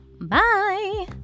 Bye